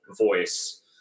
voice